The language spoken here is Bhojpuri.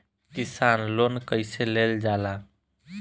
किसान लोन कईसे लेल जाला?